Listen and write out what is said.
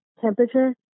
temperature